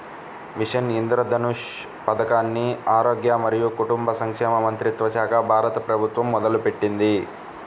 machine Indradhanush పథకాన్ని ఆరోగ్య మరియు కుటుంబ సంక్షేమ మంత్రిత్వశాఖ, భారత ప్రభుత్వం మొదలుపెట్టింది